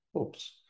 Oops